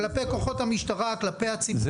כלפי כוחות המשטרה, כלפי הציבור, כלפי הרכוש.